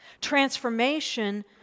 Transformation